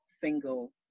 single